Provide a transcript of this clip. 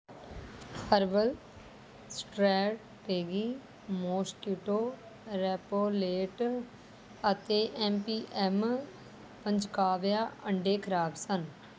herbal strategy mosquito repellent ਅਤੇ M P M panchagavya ਅੰਡੇ ਖਰਾਬ ਸਨ